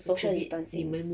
social distancing